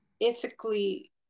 ethically